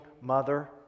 mother